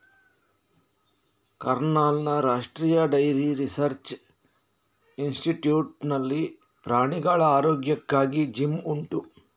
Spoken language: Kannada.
ಕರ್ನಾಲ್ನ ರಾಷ್ಟ್ರೀಯ ಡೈರಿ ರಿಸರ್ಚ್ ಇನ್ಸ್ಟಿಟ್ಯೂಟ್ ನಲ್ಲಿ ಪ್ರಾಣಿಗಳ ಆರೋಗ್ಯಕ್ಕಾಗಿ ಜಿಮ್ ಉಂಟು